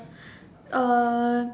uh